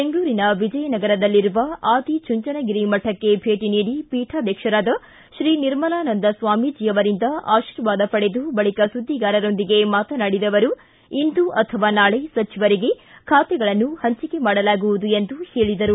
ಬೆಂಗಳೂರಿನ ವಿಜಯನಗರದಲ್ಲಿರುವ ಆದಿಚುಂಚನಗಿರಿ ಮಠಕ್ಷೆ ಭೇಟಿ ನೀಡಿ ಪೀಠಾಧ್ಯಕ್ಷರಾದ ಶ್ರೀ ನಿರ್ಮಲಾನಂದ ಸ್ವಾಮೀಜಿ ಅವರಿಂದ ಆಶೀರ್ವಾದ ಪಡೆದು ಬಳಿಕ ಸುದ್ದಿಗಾರರೊಂದಿಗೆ ಮಾತನಾಡಿದ ಅವರು ಇಂದು ಅಥವಾ ನಾಳೆ ಸಚಿವರಿಗೆ ಖಾತೆಗಳನ್ನು ಹಂಚಿಕೆ ಮಾಡಲಾಗುವುದು ಎಂದು ಹೇಳಿದರು